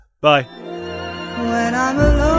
bye